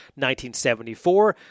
1974